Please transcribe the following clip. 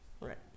Right